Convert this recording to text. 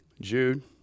Jude